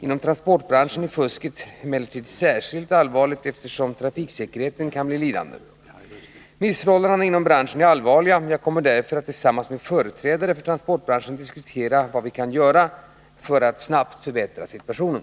Inom transportbranschen är fusket emellertid särskilt allvarligt, eftersom trafiksäkerheten kan bli lidande. Missförhållandena inom branschen är allvarliga. Jag kommer därför att tillsammans med företrädare för transportbranschen diskutera vilka åtgärder som kan vidtas för att snabbt förbättra situationen.